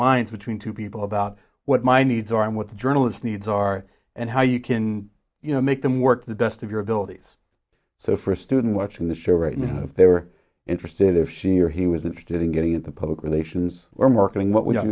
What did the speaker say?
minds between two people about what my needs are and what the journalist needs are and how you can you know make them work the best of your abilities so for a student watching the show right now if they were interested if she or he was interested in getting into public relations or marketing what w